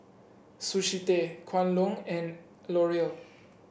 Sushi Tei Kwan Loong and L'Oreal